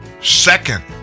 second